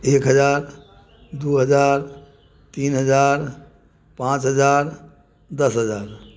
एक हजार दू हजार तीन हजार पाँच हजार दस हजार